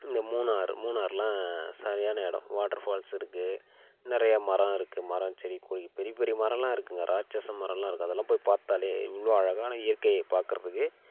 இந்த மூணார் மூணார்லாம் சரியான இடம் வாட்டர் ஃபால்ஸ் இருக்கு நிறைய மர இருக்கு மரம் செடி கொடி பெரிய பெரிய மரலாம் இருக்குங்க ராட்சச மரலாம் இருக்கு அதெல்லாம் போய் பார்த்தாலே இவ்வளோ அழகான இயற்கையை பார்க்குறதுக்கு